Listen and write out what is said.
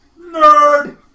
Nerd